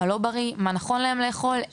מה לא בריא ואיך נכון לאכול.